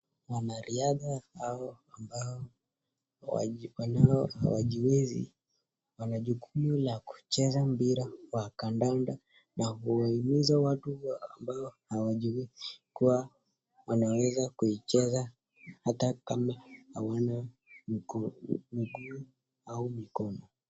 Wanariadha hawa ambao hawajiwezi wana jukumu la kucheza mpira wa kandanda na huwahimiza watu ambao hawajiwezi wanaweza kucheza hata kama hawana miguu au mikono.